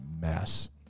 mess